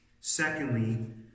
Secondly